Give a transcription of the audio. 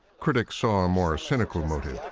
critics saw a more cynical motive.